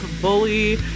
bully